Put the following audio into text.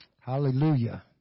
Hallelujah